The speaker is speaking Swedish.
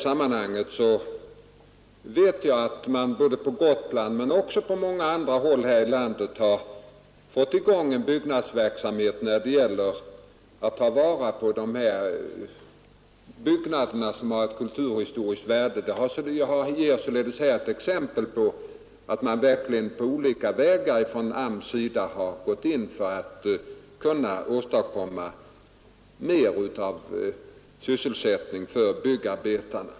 På Gotland och även på många andra håll i landet har man fått i gång en byggnadsverksamhet, som har till syfte att ta vara på byggnader med kulturhistoriskt värde. Det är ett exempel på att AMS på olika vägar har gått in för att söka åstadkomma mer sysselsättning för byggnadsarbetarna.